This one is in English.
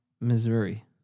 Missouri